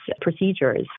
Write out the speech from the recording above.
procedures